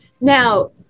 Now